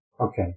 Okay